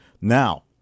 Now